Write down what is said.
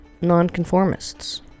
non-conformists